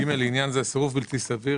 לעניין זה - "סירוב בלתי סביר",